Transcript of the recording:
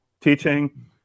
teaching